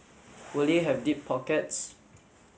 will it have deep pockets